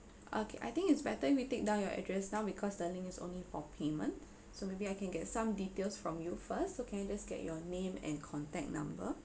okay I think it's better if we take down your address now because the link is only for payment so maybe I can get some details from you first so can I just get your name and contact number